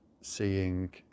seeing